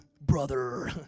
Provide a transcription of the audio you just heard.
brother